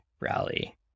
rally